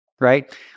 right